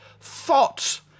Thoughts